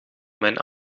mijn